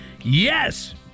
yes